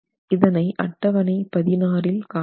இதனை அட்டவணை 16 இல் காணலாம்